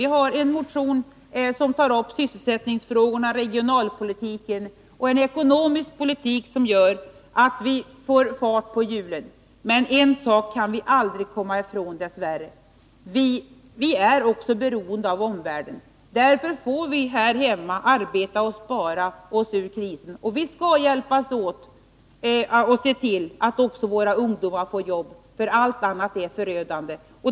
Vi har i en motion tagit upp sysselsättningsfrågorna, regionalpolitiken och en ekonomisk politik som möjliggör för oss att få fart på hjulen. Men en sak kan vi dess värre aldrig komma ifrån: Vi är också beroende av omvärlden. Därför får vi här hemma arbeta och spara oss ur krisen. Vi skall hjälpas åt och se till att också våra ungdomar får jobb, för arbetslösheten bland dem är förödande.